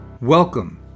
Welcome